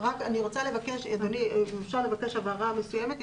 אני רוצה לבקש הבהרה מסוימת.